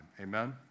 Amen